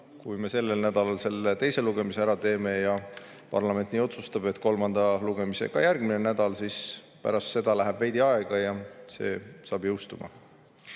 Kui me sellel nädalal teise lugemise ära teeme ja parlament otsustab, et kolmas lugemine on järgmisel nädalal, siis pärast seda läheb veidi aega ja see jõustub.